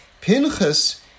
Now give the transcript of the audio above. Pinchas